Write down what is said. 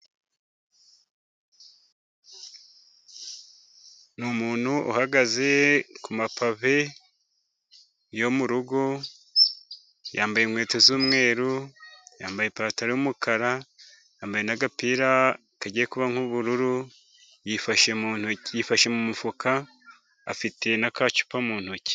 Ni umuntu uhagaze kumapave yo mu rugo, yambaye inkweto z'umweru, yambaye ipantaro y'umukara yambaye n'agapira kagiye kuba nk'ubururu, yifashe mu ntoki, yifashe mu mufuka, afite n'agacupa mu ntoki.